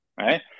right